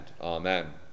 Amen